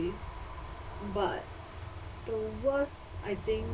but the worst I think